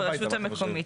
ברשות המקומית,